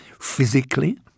physically